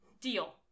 Deal